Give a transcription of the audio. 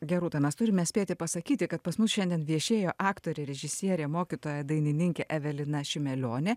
gerūta mes turime spėti pasakyti kad pas mus šiandien viešėjo aktorė režisierė mokytoja dainininkė evelina šimelionė